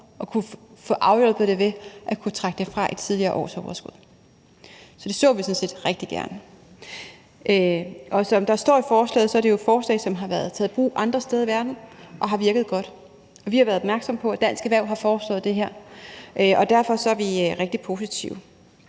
og kunne blive hjulpet, ved at de kunne trække det fra i tidligere års overskud. Så det så vi sådan set rigtig gerne. Som der står i forslaget, er det jo et forslag, der har været taget i brug andre steder i verden og har virket godt. Vi har været opmærksomme på, at Dansk Erhverv har foreslået det her, og derfor er vi rigtig positive.